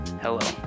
Hello